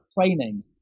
training